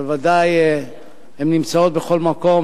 אבל ודאי הן נמצאות בכל מקום,